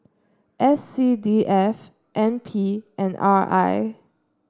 S C D F N P and R I